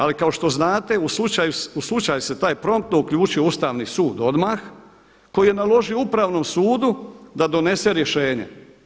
Ali kao što znate u slučaj se taj promptno uključio Ustavni sud odmah koji je naložio Upravnom sudu da donese rješenje.